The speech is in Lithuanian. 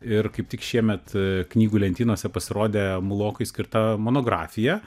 ir kaip tik šiemet e knygų lentynose pasirodė mulokai skirta monografija